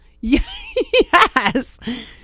Yes